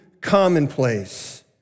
commonplace